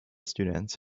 students